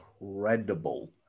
incredible